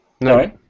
No